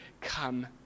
come